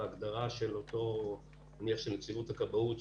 ההגדרה של נציבות הכבאות נניח,